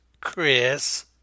Chris